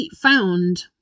found